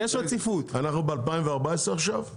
אנחנו ב-2014 עכשיו?